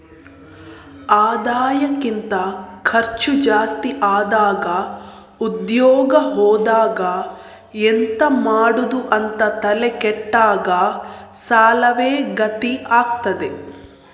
ಆದಾಯಕ್ಕಿಂತ ಖರ್ಚು ಜಾಸ್ತಿ ಆದಾಗ ಉದ್ಯೋಗ ಹೋದಾಗ ಎಂತ ಮಾಡುದು ಅಂತ ತಲೆ ಕೆಟ್ಟಾಗ ಸಾಲವೇ ಗತಿ ಆಗ್ತದೆ